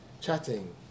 chatting